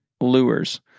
Lures